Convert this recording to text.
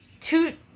two